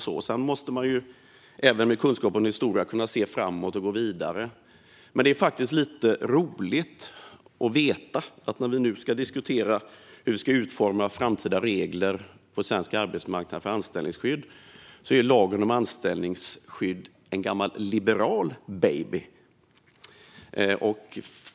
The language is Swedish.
Sedan måste man, även med kunskap om historia, kunna se framåt och gå vidare, men det är faktiskt lite roligt att veta nu när vi ska diskutera hur framtida regler för anställningsskydd ska utformas på svensk arbetsmarknad att lagen om anställningsskydd är en gammal liberal baby.